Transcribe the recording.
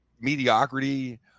mediocrity